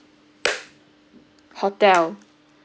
hotel